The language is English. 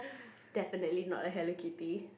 definitely not a Hello Kitty